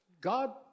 God